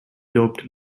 doped